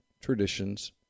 Traditions